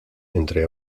entre